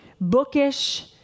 bookish